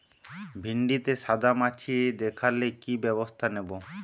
ভিন্ডিতে সাদা মাছি দেখালে কি ব্যবস্থা নেবো?